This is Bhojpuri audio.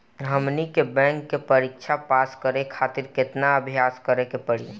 हमनी के बैंक के परीक्षा पास करे खातिर केतना अभ्यास करे के पड़ी?